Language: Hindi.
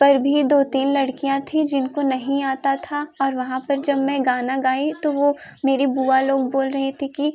पर भी दो तीन लड़कियाँ थी जिनको नहीं आता था और वहाँ पर जब मैं गाना गाई तो वो मेरी बुआ लोग बोल रहीं थी कि